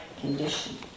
condition